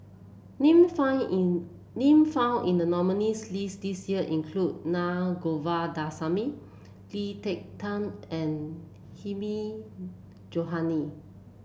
name found in name found in the nominees' list this year include Na Govindasamy Lee Ek Tieng and Hilmi Johandi